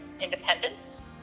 independence